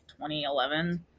2011